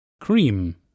Cream